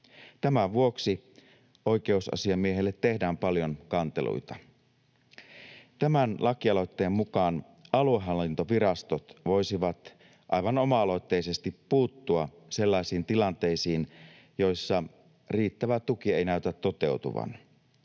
Tämän vuoksi oikeusasiamiehelle tehdään paljon kanteluita. Tämän lakialoitteen mukaan aluehallintovirastot voisivat aivan oma-aloitteisesti puuttua sellaisiin tilanteisiin, joissa riittävä tuki ei näytä toteutuvan.